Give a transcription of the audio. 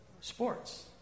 Sports